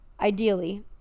ideally